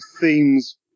themes